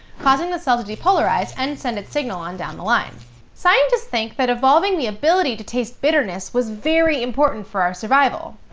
causing the cell to depolarize and send its signal on down the line. scientists think that evolving the ability to taste bitterness was very important for our survival.